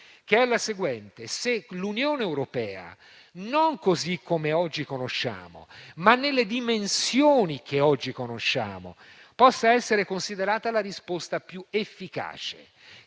preventiva, ossia se l'Unione europea, non così come oggi la conosciamo, ma nelle dimensioni che oggi conosciamo, possa essere considerata la risposta più efficace,